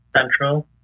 central